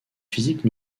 physique